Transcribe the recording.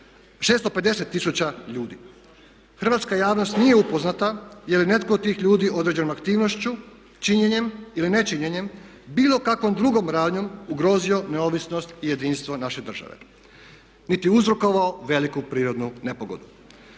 650 tisuća ljudi. Hrvatska javnost nije upoznata je li netko od tih ljudi određenom aktivnošću, činjenjem ili ne činjenjem bilo kakvom drugom radnjom ugrozio neovisnost i jedinstvo naše države niti uzrokovao veliku prirodnu nepogodu.